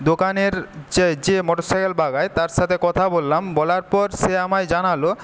দোকানের যে যে মোটর সাইকেল বানায় তার সাথে কথা বললাম বলার পর সে আমায় জানালো